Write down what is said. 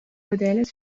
modèles